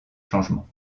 changements